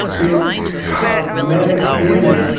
it's cosmetic damage,